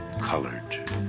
colored